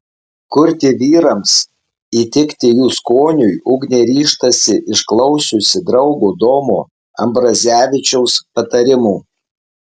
kurti vyrams įtikti jų skoniui ugnė ryžtasi išklausiusi draugo domo ambrazevičiaus patarimų